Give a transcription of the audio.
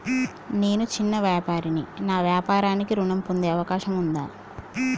నేను చిన్న వ్యాపారిని నా వ్యాపారానికి ఋణం పొందే అవకాశం ఉందా?